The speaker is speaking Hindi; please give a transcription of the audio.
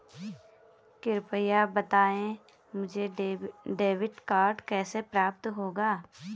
कृपया बताएँ मुझे डेबिट कार्ड कैसे प्राप्त होगा?